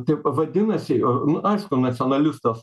taip vadinasi nu aišku nacionalistas